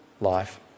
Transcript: Life